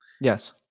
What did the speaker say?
Yes